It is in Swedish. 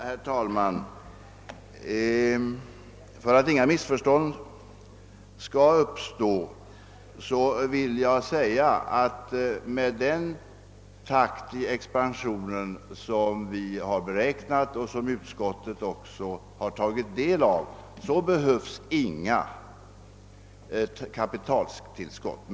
Herr talman! För att inga missförstånd skall uppstå vill jag säga att med den takt i företagets expansion som vi har räknat med och som utskottet också har informerats om behövs det inget tillskott av kapital.